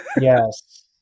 Yes